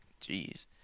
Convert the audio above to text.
Jeez